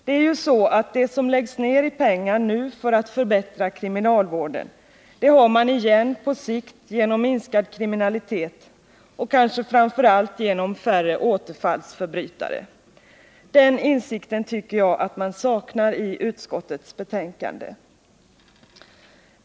Det är ju så att det som läggs ned i pengar nu för att förbättra kriminalvården, det har man igen på sikt genom minskad kriminalitet och kanske framför allt genom färre återfallsförbrytare. Den insikten tycker jag att man saknar i utskottets betänkande.